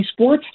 esports